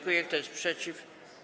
Kto jest przeciw?